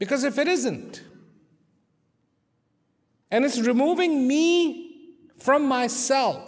because if it isn't and it's removing me from myself